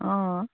অঁ